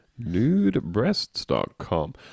NudeBreasts.com